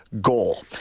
goal